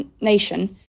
nation